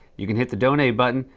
you can hit the donate button.